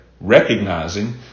recognizing